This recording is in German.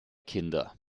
kinder